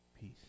peace